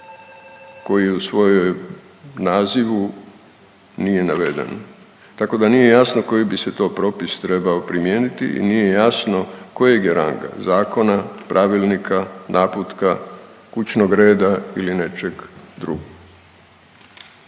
koji u svojoj nazivu nije naveden, tako da nije jasno koji bi se to propis trebao primijeniti i nije jasno kojeg je ranga, zakona, pravilnika, naputka, kućnog reda ili nečeg drugog.